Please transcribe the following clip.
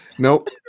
Nope